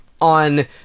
on